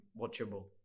watchable